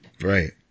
Right